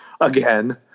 again